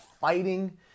fighting